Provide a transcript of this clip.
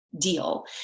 deal